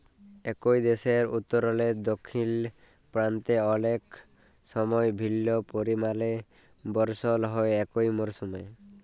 একই দ্যাশের উত্তরলে দখ্খিল পাল্তে অলেক সময় ভিল্ল্য পরিমালে বরসল হ্যয় একই মরসুমে